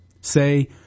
Say